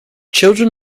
children